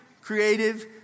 creative